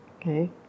Okay